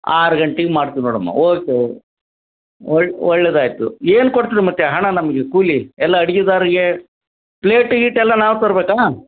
ಆರು ಗಂಟಿಗೆ ಮಾಡ್ತಿವಿ ನೋಡಮ್ಮ ಓಕೆ ಒಳ ಒಳ್ಳೇದು ಆಯಿತು ಏನು ಕೊಡ್ತಿರಿ ಮತ್ತೆ ಹಣ ನಮಗೆ ಕೂಲಿ ಎಲ್ಲ ಅಡ್ಗೆದಾರಿಗೆ ಪ್ಲೇಟ್ ಗೀಟೆಲ್ಲ ನಾವು ತರಬೇಕಾ